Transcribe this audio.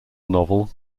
novel